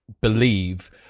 believe